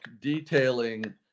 detailing